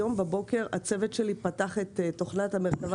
היום בבוקר הצוות שלי פתח את תוכנת המרכבה